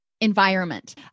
environment